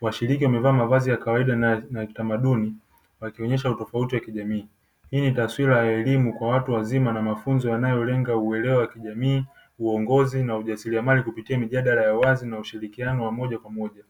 Washiriki wamevaa mavazi ya kawaida na ya kitamaduni, wakionyesha utofauti wa kijamii. Hii ni taswira ya elimu kwa watu wazima na mafunzo yanayolenga uelewa wa kijamii, uongozi na ujasiriamali kupitia mijadala ya wazi na ushirikiano wa moja kwa moja.